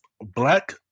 black